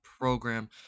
program